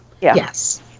yes